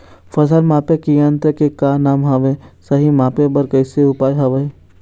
फसल मापे के यन्त्र के का नाम हवे, सही मापे बार कैसे उपाय हवे?